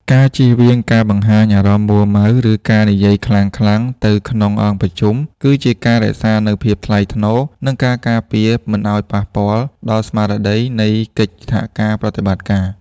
ការជៀសវាងការបង្ហាញអារម្មណ៍មួម៉ៅ ឬការនិយាយខ្លាំងៗនៅក្នុងអង្គប្រជុំ គឺជាការរក្សានូវភាពថ្លៃថ្នូរ និងការការពារមិនឱ្យប៉ះពាល់ដល់ស្មារតីនៃកិច្ចសហប្រតិបត្តិការ។